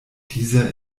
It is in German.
dieser